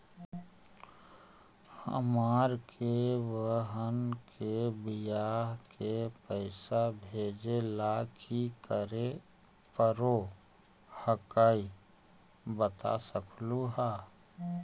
हमार के बह्र के बियाह के पैसा भेजे ला की करे परो हकाई बता सकलुहा?